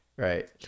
right